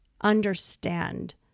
understand